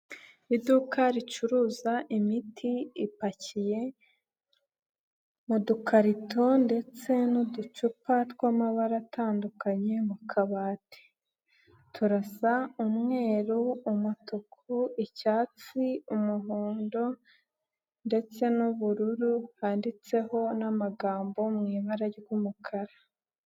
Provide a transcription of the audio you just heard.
Iduka ricuruza imiti ipakiye mu dukarito ndetse n'uducupa tw'amabara atandukanye mu kabati, turasa umweru, umutuku, icyatsi, umuhondo ndetse n'ubururu, handitseho n'amagambo mu ibara ry'umukara.